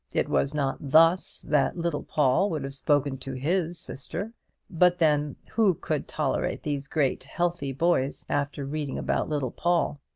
it was not thus that little paul would have spoken to his sister but then, who could tolerate these great healthy boys after reading about little paul?